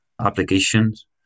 applications